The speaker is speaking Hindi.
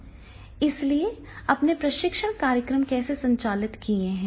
इसलिए आपने प्रशिक्षण कार्यक्रम कैसे संचालित किए हैं